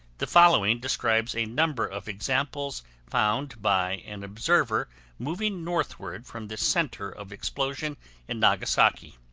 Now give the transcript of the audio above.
the following describes a number of examples found by an observer moving northward from the center of explosion in nagasaki.